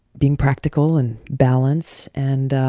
being practical and balance and